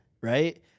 right